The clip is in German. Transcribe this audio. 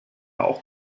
auch